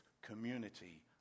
Community